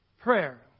prayer